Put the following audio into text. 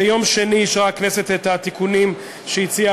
ביום שני אישרה הכנסת את התיקונים שהציעה